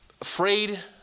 afraid